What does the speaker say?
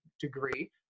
degree